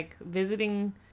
visiting